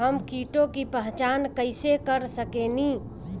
हम कीटों की पहचान कईसे कर सकेनी?